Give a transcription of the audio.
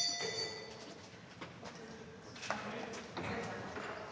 hvad er det,